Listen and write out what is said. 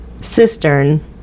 Cistern